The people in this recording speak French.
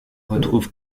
retrouve